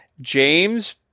James